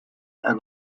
and